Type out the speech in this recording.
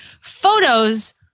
photos